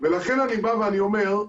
ולכן אני בא ואומר,